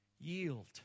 yield